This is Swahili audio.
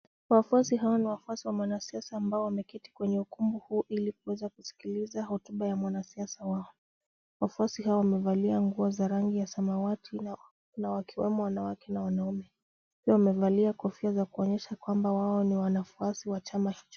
Wafuasi hawa ni wafuasi wa mwanasiasa ambao ameketi kwenye ukumbu huu ili kuweza kusikiliza hotuba ya mwanasiasa wao, wafuasi hawa wamevali ya nguo za rangi ya samawati na wakiwemo anawake na wanaume, pia wamevalia kofia za kuonyesha kwamba wao ni wanafuasi wa chama hicho.